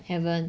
haven't